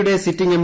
യുടെ sitting M